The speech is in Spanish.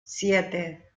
siete